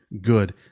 good